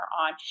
on